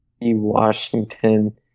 Washington